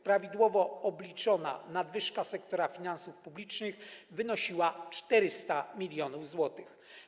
Prawidłowo obliczona nadwyżka sektora finansów publicznych wynosiła 400 mln zł.